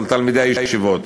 על תלמידי הישיבות.